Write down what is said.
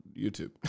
YouTube